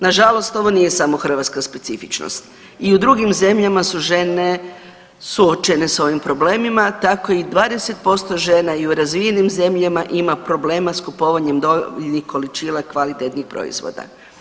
Nažalost ovo nije samo hrvatska specifičnost i u drugim zemalja su žene suočene s ovim problemima tako i 20% žena i u razvijenim zemljama s kupovanjem dovoljnih količina kvalitetnih proizvoda.